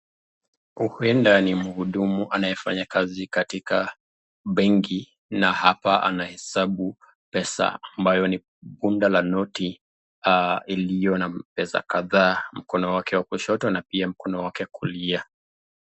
Huenda ni mhudumu ambaye anafanya kazi katika benki na hapa anahesabu pesa ambayo ni bunda la noti iliyo na pesa kadhaa mkono wa kushoto na pia mkono wake wa kulia.